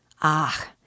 Ah